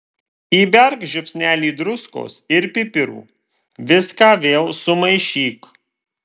įberk žiupsnelį druskos ir pipirų viską vėl sumaišyk